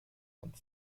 und